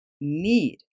need